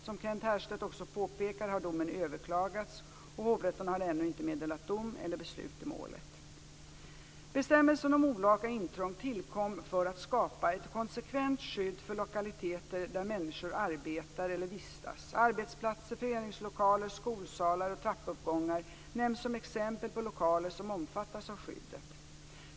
Som Kent Härstedt också påpekat har domen överklagats och hovrätten har ännu inte meddelat dom eller beslut i målet. Bestämmelsen om olaga intrång tillkom för att skapa ett konsekvent skydd för lokaliteter där människor arbetar eller vistas. Arbetsplatser, föreningslokaler, skolsalar och trappuppgångar nämns som exempel på lokaler som omfattas av skyddet.